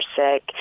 sick